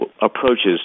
approaches